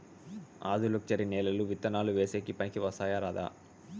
ఆధులుక్షరి నేలలు విత్తనాలు వేసేకి పనికి వస్తాయా రాదా?